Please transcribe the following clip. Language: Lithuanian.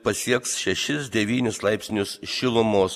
pasieks šešis devynis laipsnius šilumos